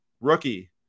rookie